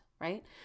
right